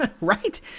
right